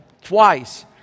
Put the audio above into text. twice